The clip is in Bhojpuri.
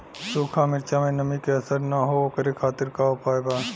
सूखा मिर्चा में नमी के असर न हो ओकरे खातीर का उपाय बा?